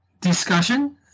discussion